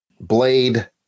Blade